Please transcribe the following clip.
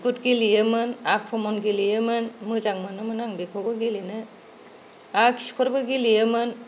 गुद गुद गेलेयोमोन आख्रमन गेलेयोमोन मोजां मोनोमोन आं बेखौबो गेलेनो आरो खिखरबो गेलेयोमोन